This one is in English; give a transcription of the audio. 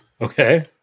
Okay